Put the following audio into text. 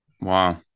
Wow